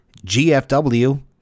GFW